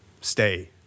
stay